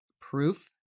proof